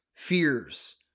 fears